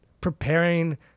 Preparing